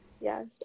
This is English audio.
Yes